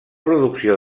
producció